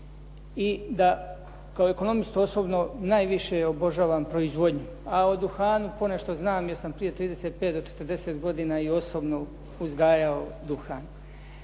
I da kao ekonomist osobno najviše obožavam proizvodnju, a o duhanu ponešto znam jer sam prije 35 do 40 godina uzgajao duhan.